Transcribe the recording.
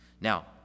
now